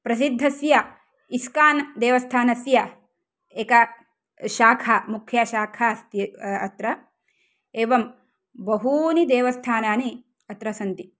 प्रसिद्धस्य इस्कान् देवस्थानस्य एका शाखा मुख्या शाखा अस्ति अत्र एवं बहूनि देवस्थानानि अत्र सन्ति